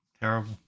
Terrible